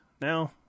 now